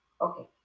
Okay